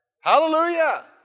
Hallelujah